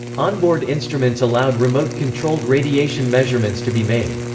onboard instruments allowed remote-controlled radiation measurements to be made.